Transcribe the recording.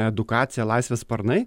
edukaciją laisvės sparnai